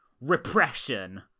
repression